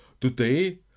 Today